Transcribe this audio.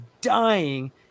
dying